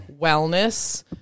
wellness